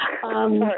Sorry